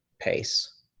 pace